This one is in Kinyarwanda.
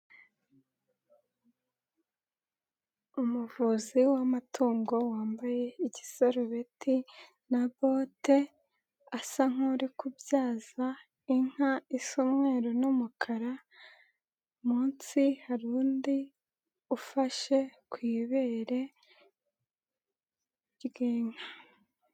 Umuvuzi w'amatungo wambaye igisarubeti na bote, asa nk'uri kubyaza inka isoa umweru n'umukara, munsi hari undi ufashe ku ibere ry'inka.